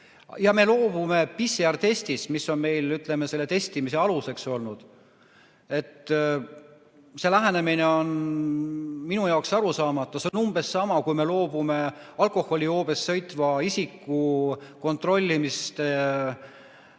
Me loobume PCR‑testist, mis on meil selle testimise aluseks olnud. Selline lähenemine on minu jaoks arusaamatu. See on umbes sama, kui me loobuksime alkoholijoobes sõitva isiku kontrollimisest